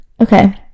okay